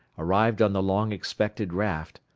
arrived on the long-expected raft,